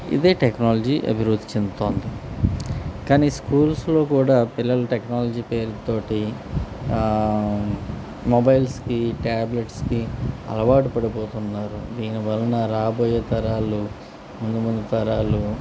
ఇదే టెక్నాలజీ అభివృద్ధి చెందుంతోంది కానీ స్కూల్స్లో కూడా పిల్లల టెక్నాలజీ పేరుతోటి మొబైల్స్కి ట్యాబ్లెట్స్కి అలవాటు పడిపోతున్నారు దీని వలన రాబోయే తరాలు ముందు ముందు తరాలు